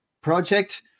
project